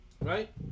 Right